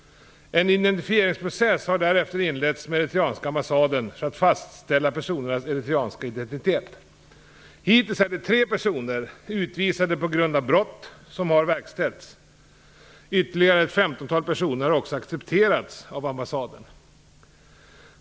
En identifieringsprocess har därefter inletts med eritreanska ambassaden för att fastställa personernas eritreanska identitet. Hittills har utvisningen av tre personer, utvisade på grund av brott, verkställts. Ytterligare ett femtontal personer har också accepterats av ambassaden.